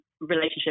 relationship